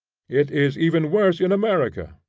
it is even worse in america,